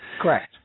Correct